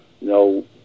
No